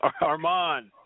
Armand